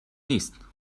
نیست